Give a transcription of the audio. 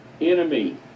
enemy